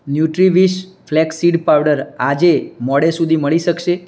Nutriwish flax seed powder આજે મોડે સુધી મળી શકશે